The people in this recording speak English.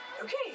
Okay